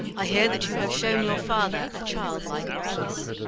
i hear that you have shown your father a childlike office.